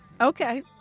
okay